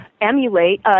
emulate